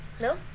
No